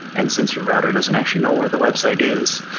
and since your router doesn't actually know where the website is,